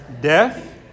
death